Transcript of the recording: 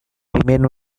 remains